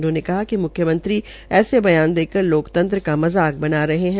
उन्होंने कहा कि मुख्यमंत्रीऐसे बयान देकर लोकतंत्र का मजाक बन रहे है